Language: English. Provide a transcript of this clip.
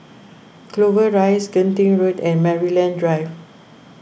Clover Rise Genting Road and Maryland Drive